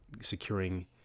securing